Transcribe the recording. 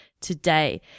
today